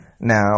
Now